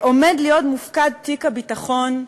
עומד להיות מופקד תיק הביטחון,